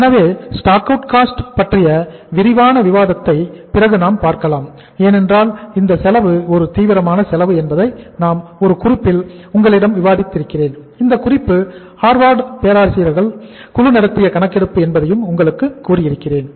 எனவே stockout cost பேராசிரியர்கள் குழு நடத்திய கணக்கெடுப்பு என்பதையும் உங்களுக்கு கூறியிருக்கிறேன்